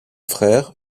frères